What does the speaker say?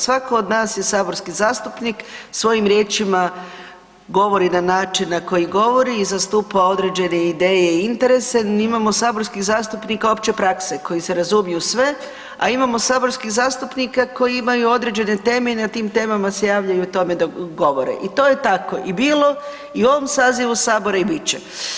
Svatko od nas je saborski zastupnik, svojim riječima govori na način na koji govori i zastupa određene ideje i interese, imamo saborskih zastupnika opće prakse koji se razumiju u sve, a imamo saborskih zastupnika koji imaju određene teme i na tim temama se javljaju o tome da govore i to je tako i bilo i u ovom sazivu Sabora i bit će.